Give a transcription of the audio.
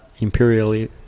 Imperially